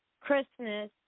Christmas